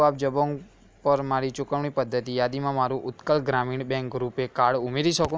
શું આપ જબોંગ પર મારી ચુકવણી પદ્ધતિ યાદીમાં મારું ઉત્કલ ગ્રામીણ બેંક રૂપે કાર્ડ ઉમેરી શકો